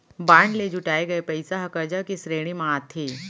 bond ले जुटाए गये पइसा ह करजा के श्रेणी म आथे